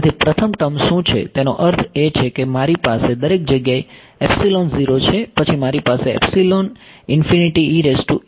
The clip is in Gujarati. તેથી પ્રથમ ટર્મ શું છે તેનો અર્થ એ છે કે મારી પાસે દરેક જગ્યાએ છે પછી મારી પાસે છે